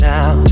Now